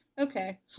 okay